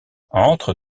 entre